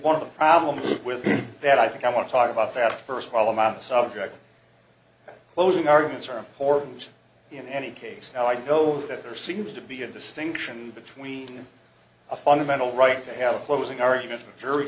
one of the problems with that i think i want to talk about that first while i'm on the subject closing arguments are important in any case and i know that there seems to be a distinction between a fundamental right to have a closing argument